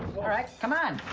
all right, come on.